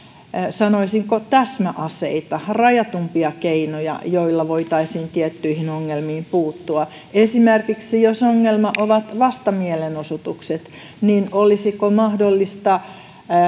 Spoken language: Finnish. sanoisinko täsmäaseita rajatumpia keinoja joilla voitaisiin tiettyihin ongelmiin puuttua esimerkiksi jos ongelma on vastamielenosoitukset niin olisiko mahdollista